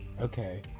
Okay